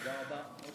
תודה רבה.